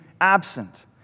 absent